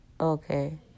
okay